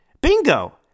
Bingo